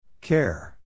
Care